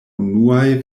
unuaj